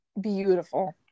Beautiful